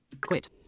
quit